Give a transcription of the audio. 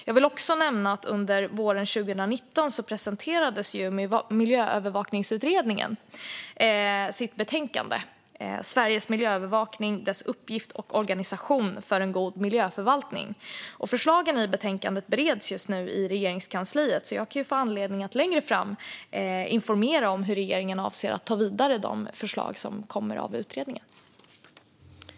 Jag vill också nämna att miljöövervakningsutredningen presenterade sitt betänkande Sveriges miljöövervakning - dess uppgift och organisation för en god miljöförvaltning våren 2019. Förslagen i betänkandet bereds just nu i Regeringskansliet. Jag får kanske därför anledning att längre fram informera hur regeringen avser att ta de förslag som kommer av utredning vidare.